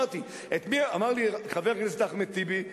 אמר לי חבר הכנסת אחמד טיבי: